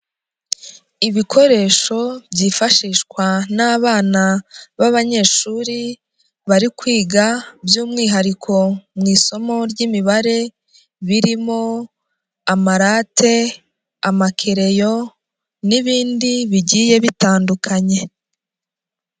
Ibikoresho byifashishwa n'abana b'abanyeshuri bari kwiga by'umwihariko mu isomo ry'imibare birimo amarate, amakereyo n'ibindi bigiye bitandukanye.